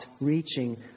reaching